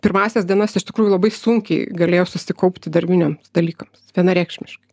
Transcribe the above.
pirmąsias dienas iš tikrųjų labai sunkiai galėjo susikaupti darbiniams dalykams vienareikšmiškai